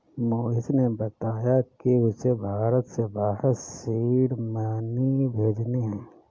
मोहिश ने बताया कि उसे भारत से बाहर सीड मनी भेजने हैं